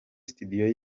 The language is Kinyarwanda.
studio